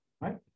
Right